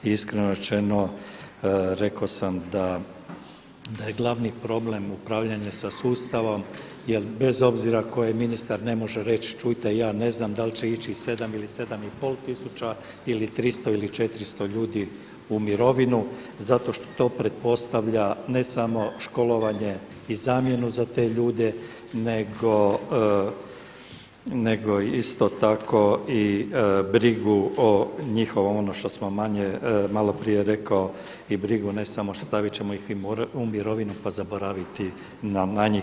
I iskreno rečeno rekao sam da je glavni problem upravljanja sa sustavom, jer bez obzira tko je ministar ne može reći čujte ja ne znam da li će ići 7 ili 7 i pol tisuća ili 300 ili 400 ljudi u mirovinu zato što pretpostavlja ne samo školovanje i zamjenu za te ljude nego isto tako i brigu o njihovom, ono što sam malo prije rekao i brigu ne samo stavit ćemo ih u mirovinu pa zaboraviti na njih.